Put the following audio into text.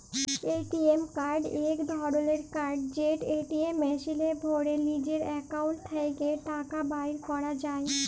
ATM card ইক ধরলের card যেট এটিএম মেশিলে ভ্যরে লিজের একাউল্ট থ্যাকে টাকা বাইর ক্যরা যায়